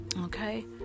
Okay